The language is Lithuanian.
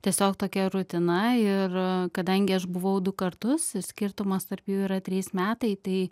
tiesiog tokia rutina ir kadangi aš buvau du kartus skirtumas tarp jų yra trys metai tai